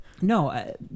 No